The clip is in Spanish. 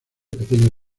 pequeño